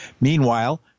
Meanwhile